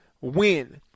win